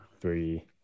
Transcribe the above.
three